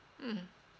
mmhmm